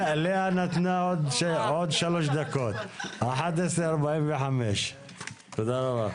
לאה נתנה עוד 3 דקות, 11:45, תודה רבה.